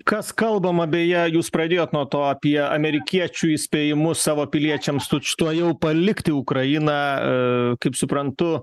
kas kalbama beje jūs pradėjot nuo to apie amerikiečių įspėjimus savo piliečiams tučtuojau palikti ukrainą kaip suprantu